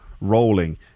rolling